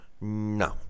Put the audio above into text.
No